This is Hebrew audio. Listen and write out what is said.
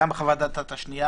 גם חוות הדעת השנייה